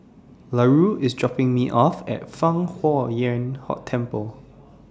Larue IS dropping Me off At Fang Huo Yuan Hot Temple